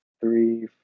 three